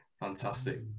Fantastic